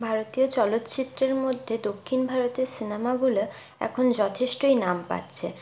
ভারতীয় চলচ্চিত্রের মধ্যে দক্ষিণ ভারতের সিনেমাগুলো এখন যথেষ্টই নাম পাচ্ছে